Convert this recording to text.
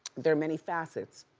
there are many facets.